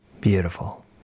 Beautiful